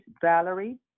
Valerie